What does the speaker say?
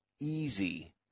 easy